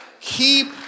Keep